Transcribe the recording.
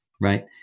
Right